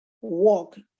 walk